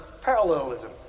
parallelism